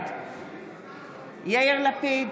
בעד יאיר לפיד,